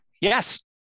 Yes